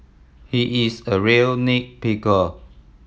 he is a real nit picker